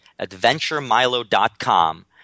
adventuremilo.com